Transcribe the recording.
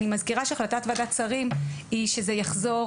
אני מזכירה שהחלטת ועדת שרים היא שזה יחזור